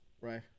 right